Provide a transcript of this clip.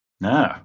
No